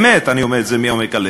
באמת, אני אומר את זה מעומק הלב,